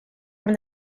from